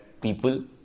people